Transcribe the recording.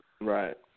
Right